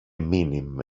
minim